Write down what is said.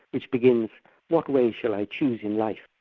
which begins what way shall i choose in life?